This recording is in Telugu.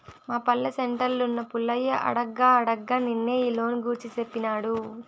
మా పల్లె సెంటర్లున్న పుల్లయ్య అడగ్గా అడగ్గా నిన్నే ఈ లోను గూర్చి సేప్పినాడు